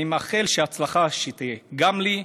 אני מאחל שההצלחה תהיה גם לי,